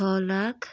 छ लाख